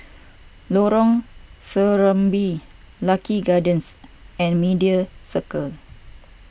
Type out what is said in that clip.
Lorong Serambi Lucky Gardens and Media Circle